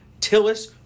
Tillis